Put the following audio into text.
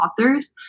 authors